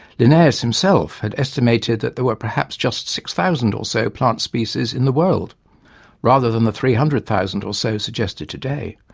linnaeus himself had estimated that there were perhaps just six thousand or so plant species in the world rather than the three hundred thousand or so suggested today,